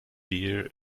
dear